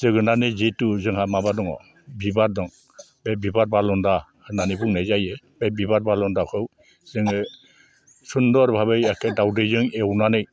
जोगोनारनि जिहेतु जोंहा माबा दङ बिबार दं बे बिबार बालन्दा होननानै बुंनाय जायो बे बिबार बालन्दाखौ जोङो सुन्दर भाबै एखे दावदैजों एवनानै